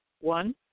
One